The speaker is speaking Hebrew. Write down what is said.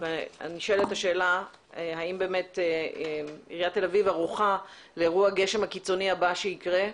נשאלת השאלה האם באמת עיריית תל אביב ערוכה לאירוע הגשם הקיצוני שיקרה,